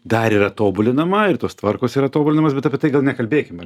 dar yra tobulinama ir tos tvarkos yra tobulinamos bet apie tai gal nekalbėkim